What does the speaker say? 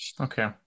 Okay